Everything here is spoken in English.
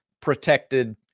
protected